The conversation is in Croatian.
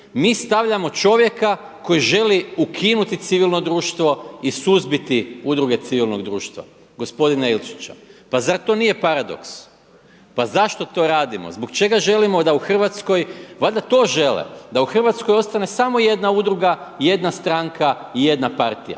Mi stavljamo čovjeka koji želi ukinuti civilno društvo i suzbiti udruge civilnog društva gospodina Ilčića. Pa zar to nije paradoks? Pa zašto to radimo? Zbog čega želimo da u Hrvatskoj, valjda to žele da u Hrvatskoj ostane samo jedna udruga, jedna stranka i jedna partija